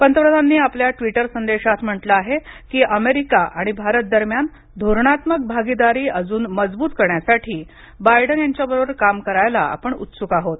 पंतप्रधानांनी आपल्या ट्वीटर संदेशात म्हंटल आहे की अमेरिका आणि भारत दरम्यान धोरणात्मक भागीदारी अजून मजबूत करण्यासाठी बायडन यांच्या बरोबर काम करायला आपण उत्सुक आहोत